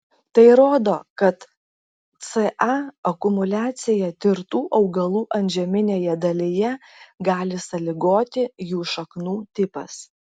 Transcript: tai rodo kad ca akumuliaciją tirtų augalų antžeminėje dalyje gali sąlygoti jų šaknų tipas